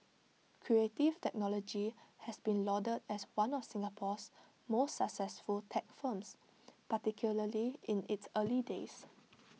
Creative Technology has been lauded as one of Singapore's most successful tech firms particularly in its early days